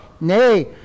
Nay